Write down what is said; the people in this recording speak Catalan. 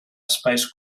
espais